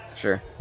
Sure